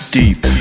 deep